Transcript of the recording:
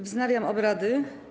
Wznawiam obrady.